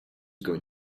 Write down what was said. going